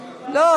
לא,